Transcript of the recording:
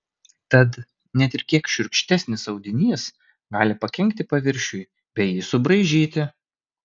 tad net ir kiek šiurkštesnis audinys gali pakenkti paviršiui bei jį subraižyti